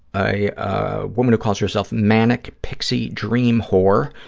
a ah woman who calls herself manic pixie dream whore.